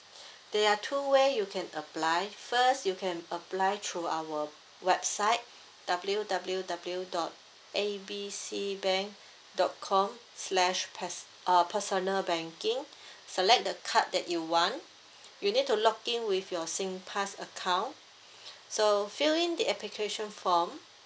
there are two way you can apply first you can apply through our website W_W_W dot A B C bank dot com slash pes~ uh personal banking select the card that you want you need to log in with your singpass account so fill in the application form